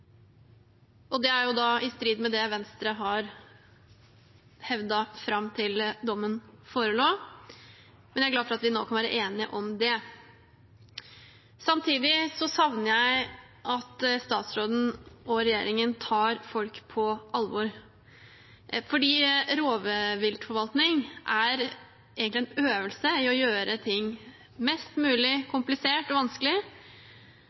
lovlig. Det er jo da i strid med det Venstre har hevdet fram til dommen forelå. Jeg er glad for at vi nå kan være enige om det. Samtidig savner jeg at statsråden og regjeringen tar folk på alvor, for rovviltforvaltning er egentlig en øvelse i å gjøre ting mest mulig komplisert og vanskelig,